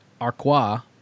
Arqua